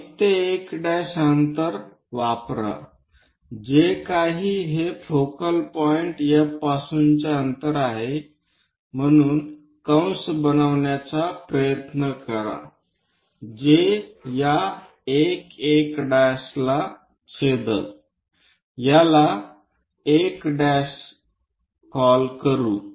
1 ते 1' अंतर वापरा जे काही हे फोकल बिंदू F पासूनचे अंतर आहे म्हणून कंस बनवण्याचा प्रयत्न करा जे या 1 1' ला छेदेल याला कॉल करू